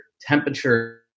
temperature